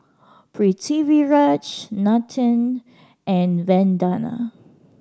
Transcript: Pritiviraj Nathan and Vandana